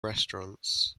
restaurants